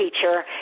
teacher